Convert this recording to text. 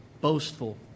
boastful